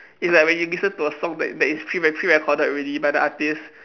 it's like when you listen to a song that that is pre recorded pre recorded already by the artiste